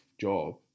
job